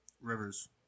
Rivers